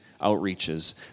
outreaches